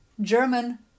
German